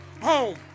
home